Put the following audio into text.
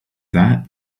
that